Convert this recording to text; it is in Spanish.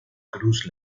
cruz